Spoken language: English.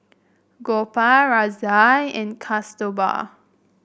Gopal Razia and Kasturba